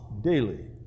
daily